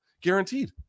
Guaranteed